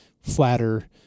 Flatter